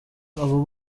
abo